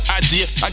idea